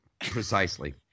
Precisely